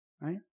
right